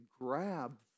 grab